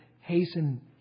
hasten